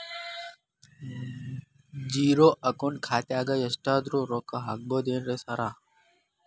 Zero account ಖಾತ್ಯಾಗ ಎಷ್ಟಾದ್ರೂ ರೊಕ್ಕ ಹಾಕ್ಬೋದೇನ್ರಿ ಸಾರ್?